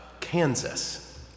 Kansas